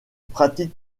pratique